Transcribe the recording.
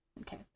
Okay